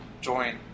join